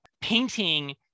painting